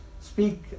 speak